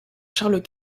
charles